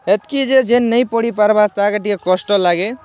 ହେତ୍କି ଯେ ଯେ ନେଇ ପଢ଼ି ପାର୍ବା ତାକେ ଟିକେ କଷ୍ଟ ଲାଗେ